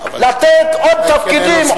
לתת עוד תפקידים,